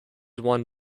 one